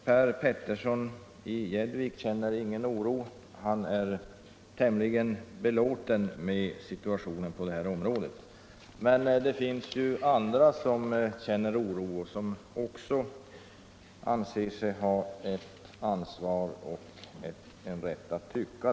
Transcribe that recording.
Herr talman! Per Petersson i Gäddvik känner ingen oro. Han är tämligen belåten med situationen på det här området. Men det finns ju andra som känner oro och som också anser sig ha ett ansvar och rätt att tycka.